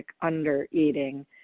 under-eating